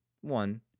one